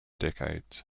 decades